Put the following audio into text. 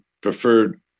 preferred